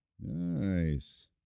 Nice